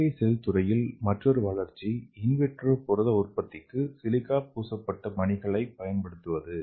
செயற்கை செல் துறையில் மற்றொரு வளர்ச்சி இன் விட்ரோ புரத உற்பத்திக்கு சிலிக்கா பூசப்பட்ட மணிகளைப் பயன்படுத்துவது